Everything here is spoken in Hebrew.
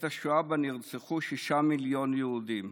שבה נרצחו שישה מיליון יהודים.